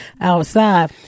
outside